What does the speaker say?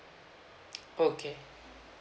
oh okay